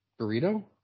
burrito